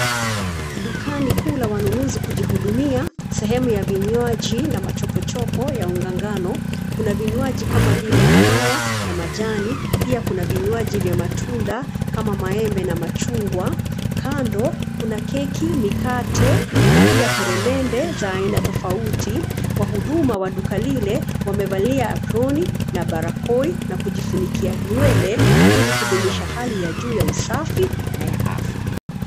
Dukani kuu la wanunuzi kujihudumia, sehemu ya vinywaji na machopo chopo ya unga ngano, kuna vinywaji kama vile kahawa na majani, pia kuna vinywaji vya matunda kama maembe na machungwa, kando kuna keki, mikate na pia peremende za aina tofauti wahuduma wa duka lile wamevalia aproni na barakoi na kujifunikia nywele ili kudumisha hali ya juu ya usafi na ya afya.